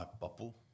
bubble